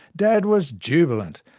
dad was jubilant,